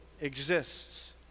exists